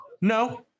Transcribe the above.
No